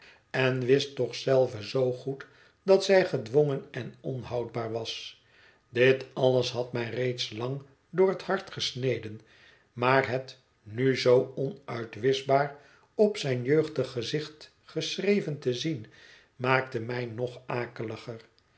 en wist toch zelve zoo goed dat zij gedwongen en onhoudbaar was dit alles had mij reeds lang door het hart gesneden maar het nu zoo onuitwischbaar op zijn jeugdig gezicht geschreven te zien maakte mij nog akeliger